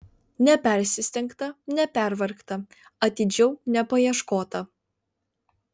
nepersistengta nepervargta atidžiau nepaieškota